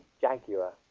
jaguar